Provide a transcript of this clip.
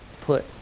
put